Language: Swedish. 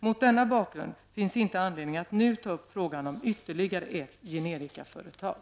Mot denna bakgrund finns inte anledning att nu att ta upp frågan om ytterligare ett generikaföretag.